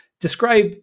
Describe